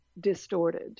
distorted